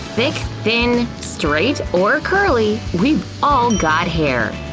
thick, thin, straight, or curly we've all got hair!